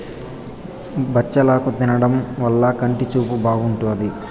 బచ్చలాకు తినడం వల్ల కంటి చూపు బాగుంటాది